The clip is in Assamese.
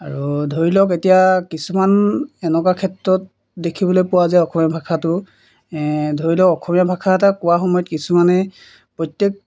আৰু ধৰি লওক এতিয়া কিছুমান এনেকুৱা ক্ষেত্ৰত দেখিবলৈ পোৱা যায় অসমীয়া ভাষাটো ধৰি লওক অসমীয়া ভাষা এটা কোৱা সময়ত কিছুমানে প্ৰত্যেক